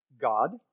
God